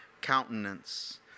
countenance